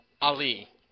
Ali